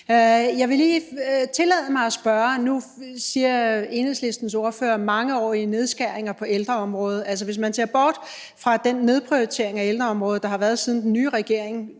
Jeg vil lige tillade mig at spørge om noget. Nu siger Enhedslistens ordfører mangeårige nedskæringer på ældreområdet. Altså, hvis man ser bort fra den nedprioritering af ældreområdet, der har været, siden den nye regering